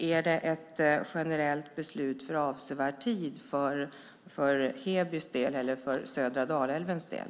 Är det ett generellt beslut för avsevärd tid för Hebys och södra Dalälvens del?